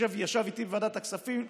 שישב איתי בוועדת הכספים.